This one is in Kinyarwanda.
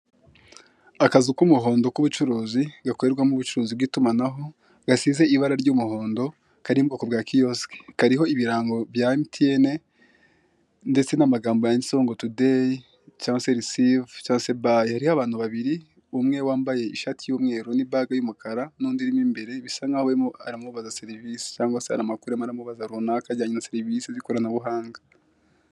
Abahagarariye emutiyeni hirya no hino mu gihugu, baba bafite aho babarizwa bagaragaza ibirango by'iryo shami bakorera rya emutiyeni, bakagira ibyapa bamanika kugira ngo bigaragaze igiciro umuntu acibwa agiye kohererereza undi amafaranga kandi bakagira n'ikayi bandikamo umwirondoro w'uwaje abagana.